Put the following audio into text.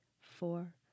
four